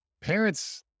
Parents